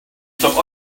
some